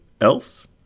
else